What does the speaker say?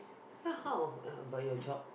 ah how about your job